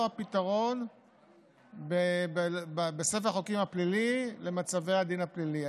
הפתרון בספר החוקים הפלילי למצבי הדין הפלילי.